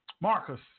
Marcus